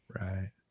right